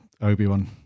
Obi-Wan